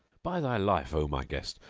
by thy life, o my guest,